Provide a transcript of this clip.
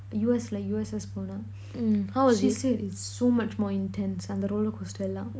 U_S like U_S_S போன:pona she said it's so much more intense அந்த:antha rollercoaster எல்லாம்:ellam